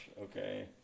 Okay